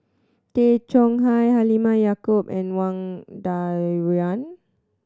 Tay Chong Hai Halimah Yacob and Wang Dayuan